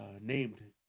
named